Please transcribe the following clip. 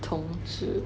同志